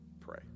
pray